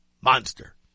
monster